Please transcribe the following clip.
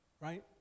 right